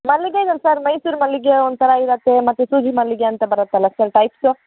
ಮಲ್ಲಿಗೆ ಇದೆಯಲ್ಲ ಸರ್ ಮೈಸೂರು ಮಲ್ಲಿಗೆ ಒಂಥರ ಇರುತ್ತೆ ಮತ್ತು ಸೂಜಿ ಮಲ್ಲಿಗೆ ಅಂತ ಬರುತ್ತಲ್ಲ ಸರ್ ಟೈಪ್ಸ